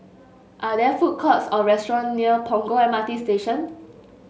are there food courts or restaurant near Punggol M R T Station